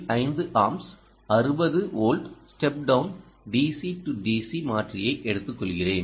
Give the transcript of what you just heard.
5 amps 60 volt step down DC DC மாற்றியை எடுத்துக்கொள்கிறேன்